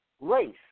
race